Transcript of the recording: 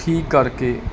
ਠੀਕ ਕਰਕੇ